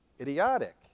idiotic